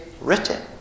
written